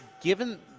given